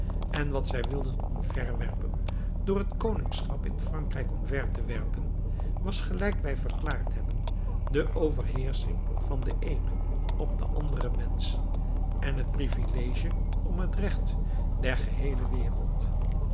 en wat zij wilden omverwerpen door het koningschap in frankrijk omver te werpen was gelijk wij verklaard hebben de overheersching van den eenen op den anderen mensch en het privilegie op het recht der geheele wereld